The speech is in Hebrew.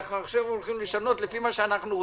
אנחנו עכשיו הולכים לשנות לפי מה שאנחנו רוצים.